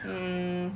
um